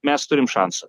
mes turim šansų